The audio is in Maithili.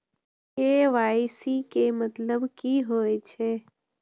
के.वाई.सी के मतलब की होई छै?